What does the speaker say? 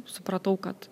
supratau kad